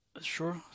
Sure